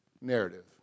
narrative